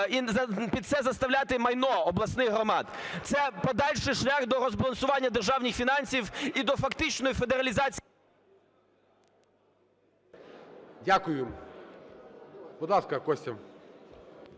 під це заставляти майно обласних громад. Це подальший шлях до розбалансування державних фінансів і до фактичної федералізації… ГОЛОВУЮЧИЙ. Дякую. Будь ласка, Костя.